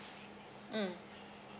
mm